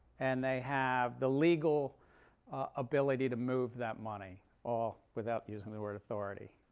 and they have the legal ability to move that money, all without using the word authority